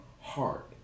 heart